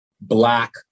Black